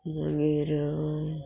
मागीर